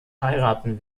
heiraten